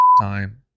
time